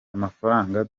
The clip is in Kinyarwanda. amafaranga